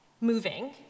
moving